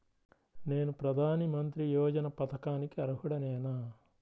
నేను ప్రధాని మంత్రి యోజన పథకానికి అర్హుడ నేన?